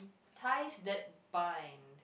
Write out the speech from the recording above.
ties that bind